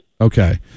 Okay